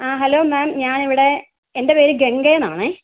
ആ hello ma'am ഞാനിവിടെ എൻ്റെ പേര് ഗംഗയെന്നാണേ